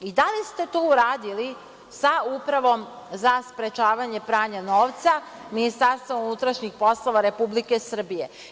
Da li ste to uradili sa Upravom za sprečavanje pranja novca, Ministarstvo unutrašnjih poslova Republike Srbije?